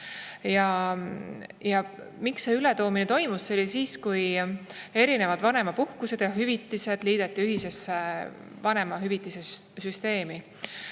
Miks see ületoomine toimus? See oli siis, kui erinevad vanemapuhkused ja -hüvitised liideti ühiseks vanemahüvitise süsteemiks.